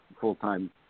full-time